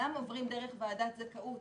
שאינם עוברים דרך ועדת זכאות.